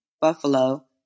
Buffalo